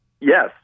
yes